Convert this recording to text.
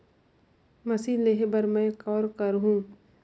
Machine लेहे बर मै कौन करहूं?